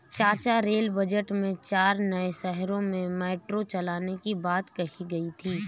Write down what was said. चाचा rail budget में चार नए शहरों में मेट्रो चलाने की बात कही गई थी